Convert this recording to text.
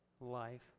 life